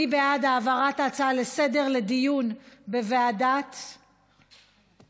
מי בעד העברת ההצעה לסדר-היום לדיון בוועדת החינוך?